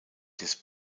his